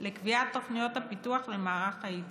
לקביעת תוכניות הפיתוח למערך הייצור.